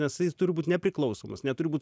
nes jis tur būt nepriklausomas neturi būt